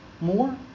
more